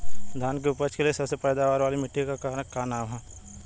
धान की उपज के लिए सबसे पैदावार वाली मिट्टी क का नाम ह?